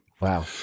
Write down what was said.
Wow